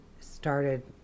started